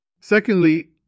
Secondly